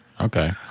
Okay